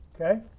Okay